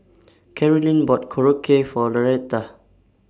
Caroline bought Korokke For Loretta